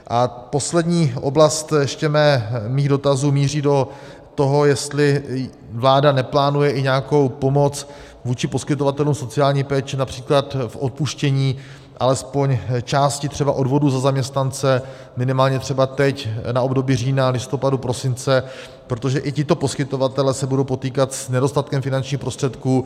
A poslední oblast mých dotazů míří do toho, jestli vláda neplánuje i nějakou pomoc vůči poskytovatelům sociální péče například v odpuštění alespoň části odvodů za zaměstnance, minimálně třeba teď na období října, listopadu, prosince, protože i tito poskytovatelé se budou potýkat s nedostatkem finančních prostředků.